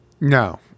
No